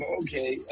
okay